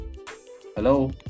Hello